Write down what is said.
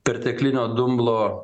perteklinio dumblo